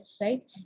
right